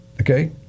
Okay